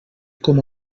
com